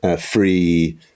free